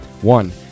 One